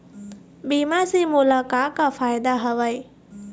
बीमा से मोला का का फायदा हवए?